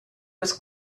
was